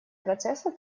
процесса